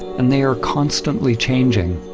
and they are constantly changing.